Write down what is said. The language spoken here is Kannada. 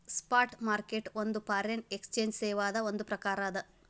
ಸ್ಪಾಟ್ ಮಾರ್ಕೆಟ್ ಒಂದ್ ಫಾರಿನ್ ಎಕ್ಸ್ಚೆಂಜ್ ಸೇವಾದ್ ಒಂದ್ ಪ್ರಕಾರ ಅದ